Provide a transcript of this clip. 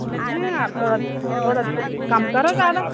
नहीं है आप थोड़ा थोड़ा कम करो ज़्यादा